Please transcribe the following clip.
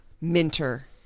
Minter